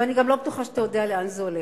ואני גם לא בטוחה שאתה יודע לאן זה הולך.